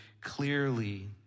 clearly